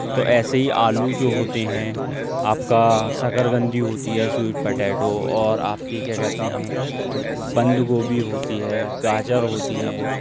تو ایسے ہی آلو جو ہوتے ہیں آپ کا سکرکندی ہوتی ہے سویٹ پٹیٹو اور آپ کی کیا کہتے ہیں بند گوبھی ہوتی ہے گاجر ہوتی ہیں